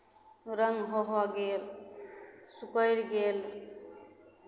रङ्ग हो हो गेल सिकुरि गेल